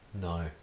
No